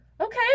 okay